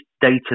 data